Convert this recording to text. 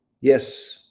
yes